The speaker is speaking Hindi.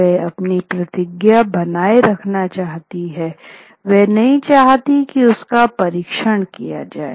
वह अपनी प्रतिज्ञा बनाए रखना चाहती है वह नहीं चाहती कि उसका परीक्षण किया जाए